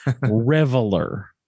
Reveler